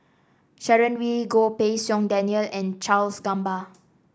Sharon Wee Goh Pei Siong Daniel and Charles Gamba